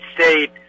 State